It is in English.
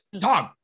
Dog